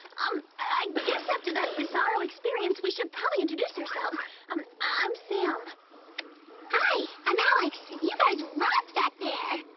um i guess after that bizarro experience. we should probably introduce yourself um i'm sam hi, i'm alex you guys rock back there.